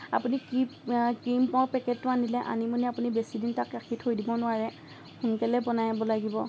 আপুনি কি ক্ৰিমৰ পেকেটটো আনিলে আনি মানে আপুনি বেছিদিন তাক ৰাখি থৈ দিব নোৱাৰে সোনকালে বনাব লাগিব